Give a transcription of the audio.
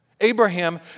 Abraham